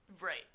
right